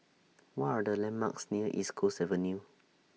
What Are The landmarks near East Coast Avenue